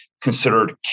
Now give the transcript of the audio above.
considered